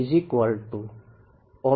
જે બનશે